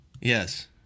Yes